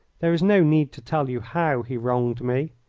there is no need to tell you how he wronged me.